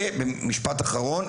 ומשפט אחרון,